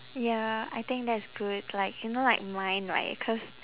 ya I think that is good like you know like mine right cause